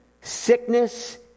sickness